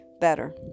better